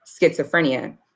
schizophrenia